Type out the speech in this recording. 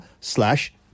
slash